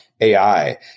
ai